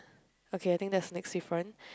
okay I think there's a next different